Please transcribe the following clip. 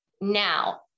Now